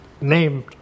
named